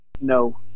No